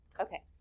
Okay